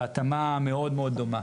בהתאמה מאוד מאוד דומה.